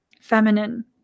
feminine